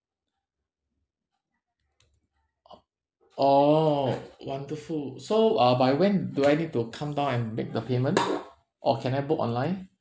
oh wonderful so uh by when do I need to come down and make the payment or can I book online